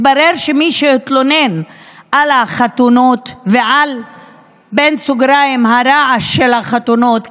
מתברר שמי שהתלונן על החתונות ועל ה"רעש" של החתונות,